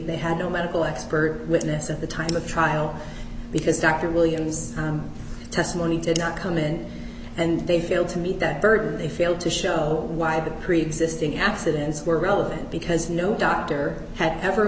they had no medical expert witness at the time of trial because dr williams testimony did not come in and they failed to meet that burden and they failed to show why the preexisting accidents were relevant because no doctor had ever